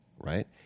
right